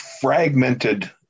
fragmented